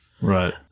Right